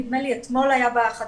נדמה לי שאתמול היה בחדשות,